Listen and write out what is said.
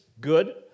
good